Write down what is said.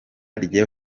ryo